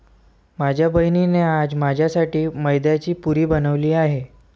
माझ्या बहिणीने आज माझ्यासाठी मैद्याची पुरी बनवली आहे